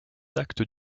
actes